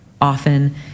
often